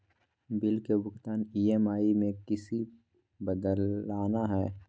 Bill के भुगतान EMI में किसी बदलना है?